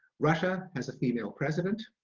russia has a female president